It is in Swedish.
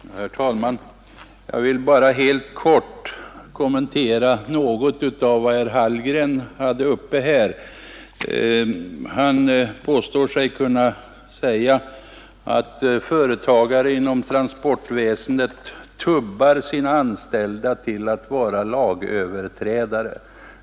Herr talman! Jag vill bara helt kort kommentera något av vad herr Hallgren sade. Han anser sig kunna påstå att företagare inom transportväsendet tubbar sina anställda till att bli lagöverträdare.